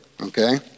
okay